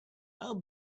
how